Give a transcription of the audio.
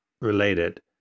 related